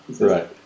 Right